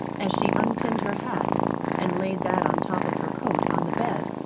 as she unpinned her hat and laid that on top of her coat on the bed.